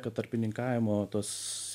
kad tarpininkavimo tos